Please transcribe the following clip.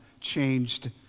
changed